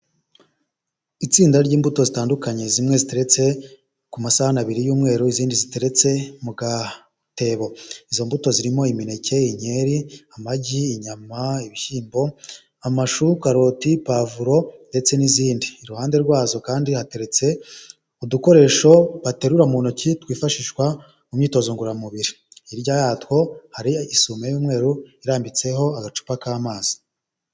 Itsinda ry'imbuto zitandukanye zimwe ziteretse ku masai abiri y'umweru izindi ziteretse mu gatebo izo mbuto zirimo imineke, inkeri. amagi, inyama, ibishyimbo, amashu, karoti, pavuro ndetse n'izindi iruhande rwazo kandi hateretse udukoresho baterura mu ntoki twifashishwa mu myitozo ngororamubiri hirya yatwo hari isumo y'umweru irambitseho agacupa k'amazi.